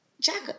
Jack